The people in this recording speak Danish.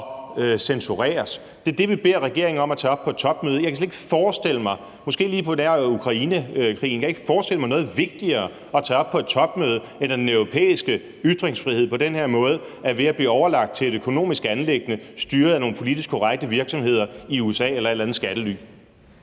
censureres. Det er det, vi beder regeringen om at tage op på et topmøde. Måske lige på nær Ukrainekrigen kan jeg ikke forestille mig noget vigtigere at tage op på et topmøde, end at den europæiske ytringsfrihed på den her måde er ved at blive overlagt til et økonomisk anliggende styret af nogle politisk korrekte virksomheder i USA eller et eller andet skattely.